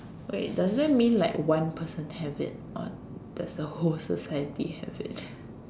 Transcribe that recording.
wait does that mean like one person have it or does the whole society have it